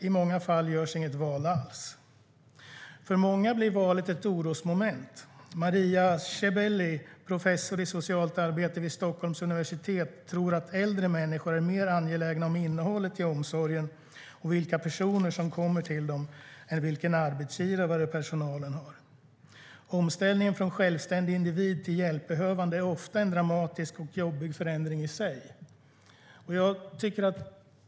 I många fall görs inget val alls . För många blir valet ett orosmoment. Marta Szebehely, professor i socialt arbete vid Stockholms universitet, tror att äldre människor är mer angelägna om innehållet i omsorgen och vilka personer som kommer till dem, än vilken arbetsgivare personalen har. Omställningen från självständig individ till hjälpbehövande är ofta en dramatisk och jobbig förändring i sig."